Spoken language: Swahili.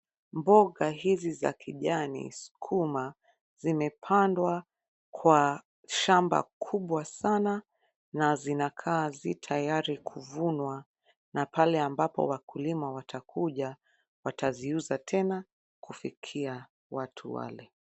Mboga hizi za kijani sukuma, zimepandwa kwa shamba kubwa sana, na zinakaa ziko tayari kuvunwa, na pale ambapo wakulima watakuja wataziuza tena, kufikia watu wale.